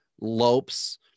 Lopes